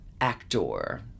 actor